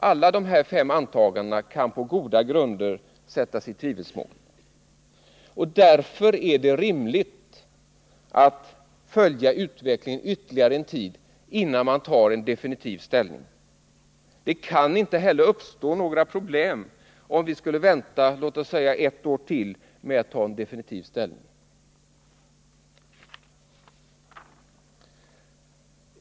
Alla dessa fem antanganden kan på goda grunder sättas i tvivelsmål. Därför är det rimligt att ytterligare en tid följa utvecklingen, innan vi tar definitiv ställning. Det kan inte heller uppstå några problem om vi väntar låt oss säga ett år till med att ta definitiv ställning.